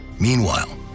Meanwhile